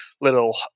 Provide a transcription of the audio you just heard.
little